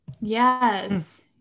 Yes